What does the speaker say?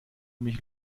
mich